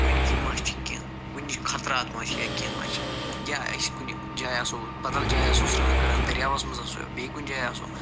کُنہِ کِنۍ ما چھِ کیٚنہہ کُنِچ خطرات ما چھِ یا کیٚنہہ ما چھِ یا أسۍ کُنہِ جایہِ آسو بدل جایہِ آسو سرٛان کران دریاوَس منٛز آسو یا بیٚیہِ کُنہِ جایہِ آسو